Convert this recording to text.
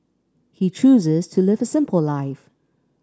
he chooses to live a simple life